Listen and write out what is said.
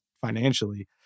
financially